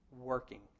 working